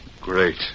Great